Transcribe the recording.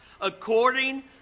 according